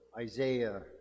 Isaiah